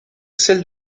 celle